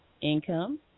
income